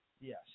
Yes